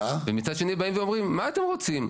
ומצד שני באים ואומרים מה אתם רוצים?